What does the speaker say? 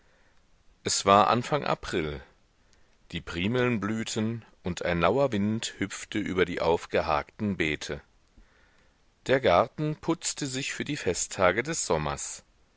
es war anfang april die primeln blühten und ein lauer wind hüpfte über die aufgeharkten beete der garten putzte sich für die festtage des sommers